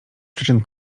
przyczyn